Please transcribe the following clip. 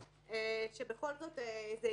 שבכל זאת זה יהיה